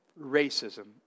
racism